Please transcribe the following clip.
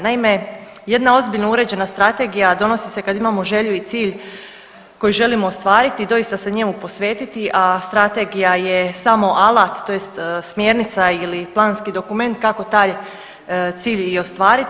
Naime, jedna ozbiljno uređena strategija donosi se kad imamo želju i cilj koji želimo ostvariti i doista se njemu posvetiti, a strategija je samo alat, tj. smjernica ili planski dokument kako taj cilj i ostvariti.